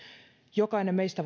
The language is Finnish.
jokainen meistä